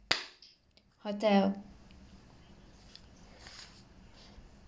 hotel